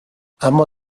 اما